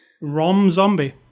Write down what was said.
Rom-Zombie